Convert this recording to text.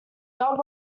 dog